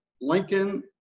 Lincoln